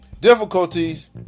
Difficulties